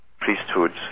priesthoods